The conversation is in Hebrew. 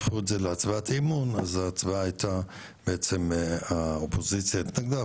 הפכו את זה להצבעת אמון אז ההצבעה הייתה בעצם היא שהאופוזיציה נמנעה,